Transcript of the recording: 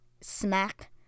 smack